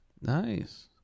Nice